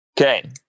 Okay